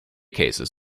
cases